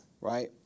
Right